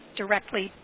directly